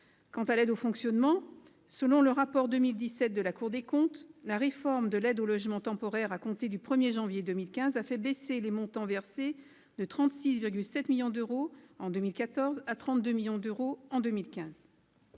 Quant à l'aide au fonctionnement, selon le rapport de 2017 de la Cour des comptes, la réforme de l'aide au logement temporaire à compter du 1 janvier 2015 a fait baisser les montants versés de 36,7 millions d'euros en 2014 à 32 millions d'euros en 2015.